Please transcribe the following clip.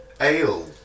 ale